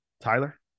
Tyler